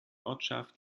ortschaft